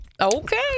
Okay